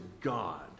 God